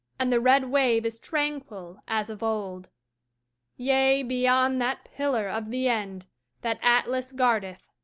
and the red wave is tranquil as of old yea, beyond that pillar of the end that atlas guardeth,